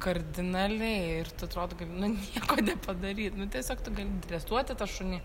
kardinaliai ir tu atrodo kaip nu nieko nepadaryt nu tiesiog tu gali dresuoti tą šunį